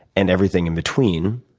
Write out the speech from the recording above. and everything in between,